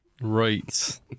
Right